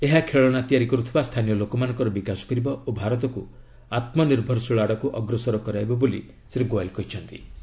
ଏହା ଖେଳନା ତିଆରି କରୁଥିବା ସ୍ଥାନୀୟ ଲୋକମାନଙ୍କର ବିକାଶ କରିବ ଓ ଭାରତକୁ ଆତ୍ମନିର୍ଭରଶୀଳ ଆଡ଼କୁ ଅଗ୍ରସର କରାଇବ ବୋଲି ଶ୍ରୀ ଗୋଏଲ୍ କହିଚ୍ଚନ୍ତି